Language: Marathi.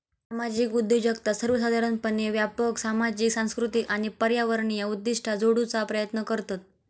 सामाजिक उद्योजकता सर्वोसाधारणपणे व्यापक सामाजिक, सांस्कृतिक आणि पर्यावरणीय उद्दिष्टा जोडूचा प्रयत्न करतत